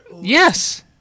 Yes